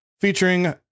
featuring